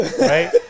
right